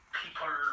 people